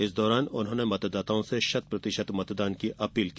इस दौरान उन्होंने मतदाताओं से शतप्रतिशत मतदान की अपील की